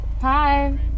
Hi